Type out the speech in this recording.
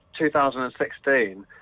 2016